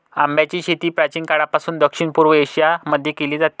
आंब्याची शेती प्राचीन काळापासून दक्षिण पूर्व एशिया मध्ये केली जाते